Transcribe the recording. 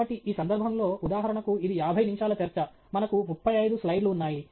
కాబట్టి ఈ సందర్భంలో ఉదాహరణకు ఇది యాభై నిమిషాల చర్చ మనకు ముప్పై ఐదు స్లైడ్లు ఉన్నాయి